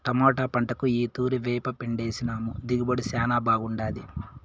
tomato పంటకు ఈ తూరి వేపపిండేసినాము దిగుబడి శానా బాగుండాది